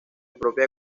propia